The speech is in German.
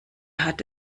hat